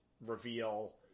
reveal